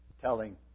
telling